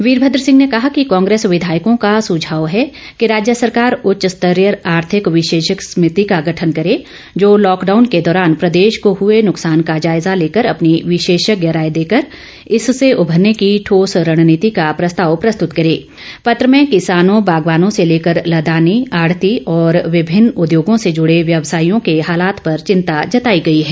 वीरभद्र सिंह ने कहा कांग्रेस विधायकों का सुझाव है कि राज्य सरकार उच्च स्तरीय आर्थिक विशेषज्ञ समिति का गठन करे जो लॉकडाउन के दौरान प्रदेश को हुए नुकसान का जायजा लेकर अपनी विशेषज्ञ राय देकर इससे उभरने की ठोस रणनीति का प्रस्ताव प्रस्तुत करे ा पत्र में किसानों बागवानों से लेकर लदानी आढ़ती और विभिन्न उद्योगों से जुड़े व्यवसायियों के हालात पर चिंता जताई गई है